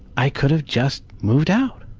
i could've just moved out.